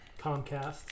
Comcast